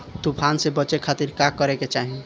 तूफान से बचे खातिर का करे के चाहीं?